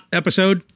episode